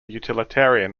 utilitarian